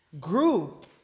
group